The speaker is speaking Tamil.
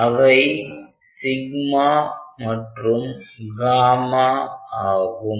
அவை மற்றும் ஆகும்